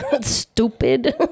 Stupid